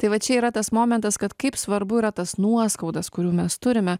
tai va čia yra tas momentas kad kaip svarbu yra tas nuoskaudas kurių mes turime